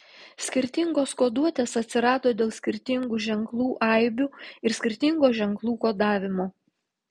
skirtingos koduotės atsirado dėl skirtingų ženklų aibių ir skirtingo ženklų kodavimo